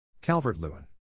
Calvert-Lewin